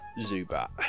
Zubat